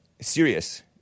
serious